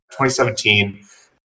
2017